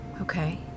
Okay